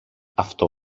αυτό